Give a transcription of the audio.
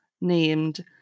named